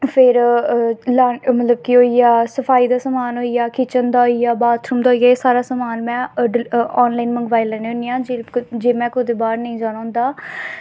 फिर मतलब केह् होई गेआ सफाई दा समान होई गेआ किचन दा बाथरूम दा समान होई गेआ एह् सारा में ऑन लाईन मंगवाई लैन्नी होन्नी आं जे में कुदै बाह्र नेईं जाना होंदा